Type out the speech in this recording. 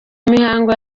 mihango